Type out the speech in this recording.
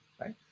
right